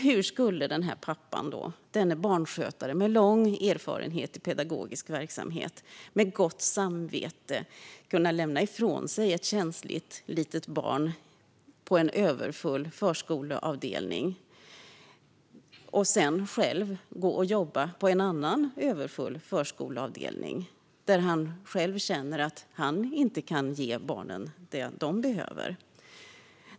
Hur skulle pappan, denna barnskötare med lång erfarenhet i pedagogisk verksamhet, med gott samvete kunna lämna ifrån sig ett känsligt litet barn på en överfull förskoleavdelning och sedan själv gå och jobba på en annan överfull förskoleavdelning där han själv känner att han inte kan ge barnen det de behöver?